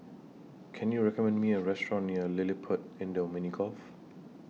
Can YOU recommend Me A Restaurant near LilliPutt Indoor Mini Golf